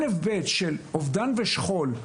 א-ב של אובדן ושכול.